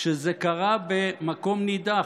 שזה קרה במקום נידח,